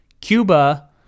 Cuba